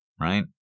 Right